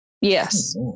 Yes